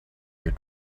your